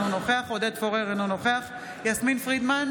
אינו נוכח עודד פורר, אינו נוכח יסמין פרידמן,